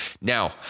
now